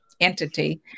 entity